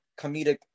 comedic